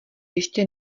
ještě